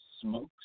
smokes